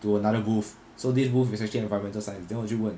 to another booth so this booth is actually environmental science then 我就问